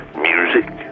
music